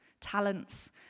talents